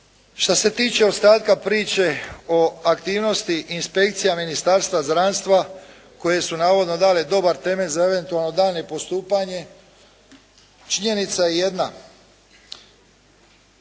Što se tiče ostatka priče o aktivnosti inspekcija Ministarstva zdravstva koje su navodno dale dobar temelj za eventualno daljnje postupanje, činjenica je jedna.